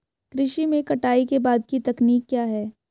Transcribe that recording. कृषि में कटाई के बाद की तकनीक क्या है?